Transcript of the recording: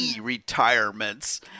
retirements